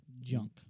Junk